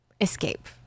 escape